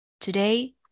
Today